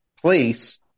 place